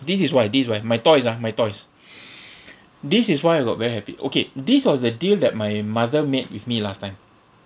this is why this is why my toys ah my toys this is why I got very happy okay this was the deal that my mother made with me last time